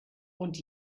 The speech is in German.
und